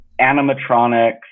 animatronics